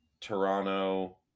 Toronto